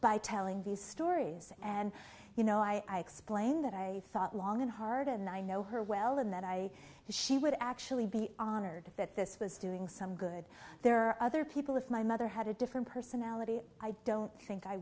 by telling these stories and you know i explained that i thought long and hard and i know her well and that i and she would actually be honored that this was doing some good there are other people if my mother had a different personality i don't think i